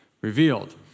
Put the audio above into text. revealed